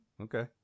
Okay